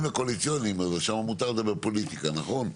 קואליציוניים שם מותר לדבר פוליטיקה נכון?